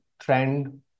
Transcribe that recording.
trend